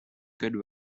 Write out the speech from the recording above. good